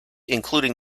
including